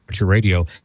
radio